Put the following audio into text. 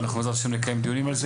ואנחנו בעזרת ה' נקדם דיונים על זה.